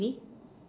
really